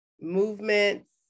movements